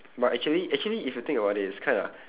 but actually actually if you think about it it's kinda